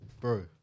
bro